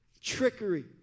trickery